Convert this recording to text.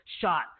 shot